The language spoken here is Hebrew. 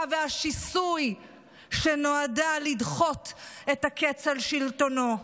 והשיסוי שנועדה לדחות את הקץ של שלטונו.